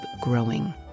growing